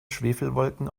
schwefelwolken